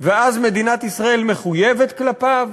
ואז מדינת ישראל מחויבת כלפיו,